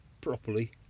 properly